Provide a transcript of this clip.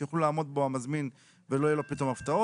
שיוכל לעמוד בו המזמין ולא יהיו לו פתאום הפתעות.